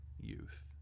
youth